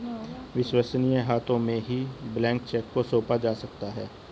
विश्वसनीय हाथों में ही ब्लैंक चेक को सौंपा जा सकता है